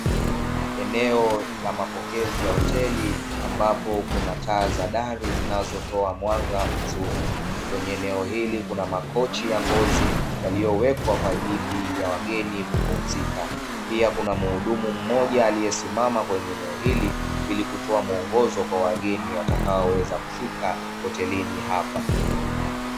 Eneo la mapokezi ya hoteli, ambapo kuna taa za dari zinazotoa mwanga mzuri. Kwenye eneo hili kuna makochi ya ngozi yaliyowekwa kwa ajili ya wageni kupumzika, pia kuna mhudumu mmoja aliyesimama kwenye eneo hili ili kutoa mwongozo kwa wageni watakaoweza kufika hotelini hapa.